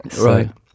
Right